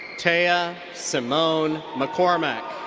tea ah simone mccormack.